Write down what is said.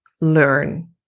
learn